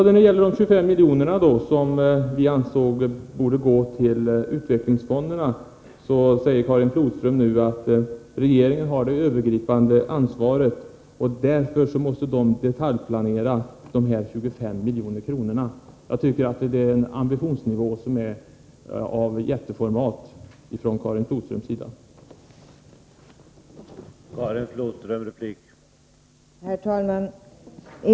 När det gäller de 25 miljoner som vi anser borde gå till utvecklingsfonderna, säger Karin Flodström nu att regeringen har det övergripande ansvaret och därför måste detaljplanera användningen av de 25 miljonerna. Jag tycker att denna ambitionsnivå från Karin Flodströms sida är av jätteformat.